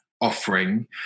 offering